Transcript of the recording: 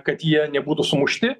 kad jie nebūtų sumušti